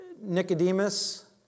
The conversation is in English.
Nicodemus